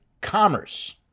commerce